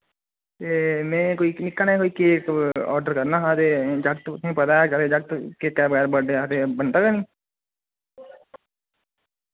एह् में कोई निक्का नेहा कोई केक आर्डर करना हा ते हून जागत हून पता ऐ केह् आखदे जागत केकै दे बगैर बर्थडे आखदे बनदा गै नेईं